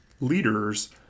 leaders